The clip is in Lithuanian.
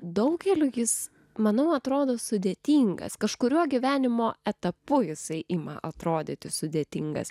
daugeliui jis manau atrodo sudėtingas kažkuriuo gyvenimo etapu jisai ima atrodyti sudėtingas